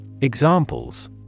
Examples